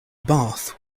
bath